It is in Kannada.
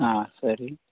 ಹಾಂ ಸರಿ